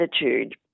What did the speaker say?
attitude